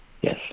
Yes